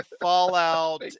Fallout